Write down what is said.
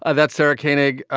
ah that's sarah koenig,